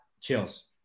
chills